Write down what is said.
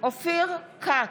אופיר כץ,